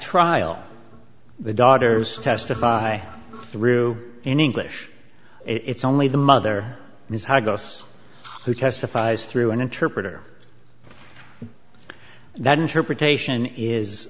trial the daughter to testify through in english it's only the mother is how goss who testifies through an interpreter that interpretation is